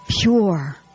pure